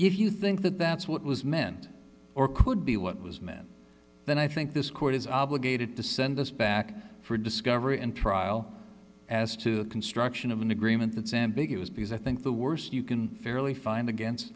if you think that that's what was meant or could be what was meant then i think this court is obligated to send us back for discovery and trial as to the construction of an agreement that's ambiguous because i think the worst you can fairly find against